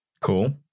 Cool